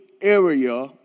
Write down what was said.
area